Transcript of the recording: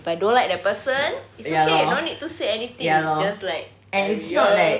if I don't like the person it's okay no need to say anything just like diarrhoea